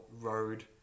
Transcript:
road